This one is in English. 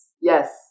Yes